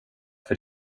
för